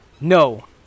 No